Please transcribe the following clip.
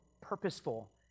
purposeful